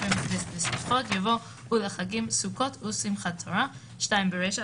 אחרי "מתווה לסליחות" יבוא "ולחגים סוכות ושמחת תורה"; ברישה,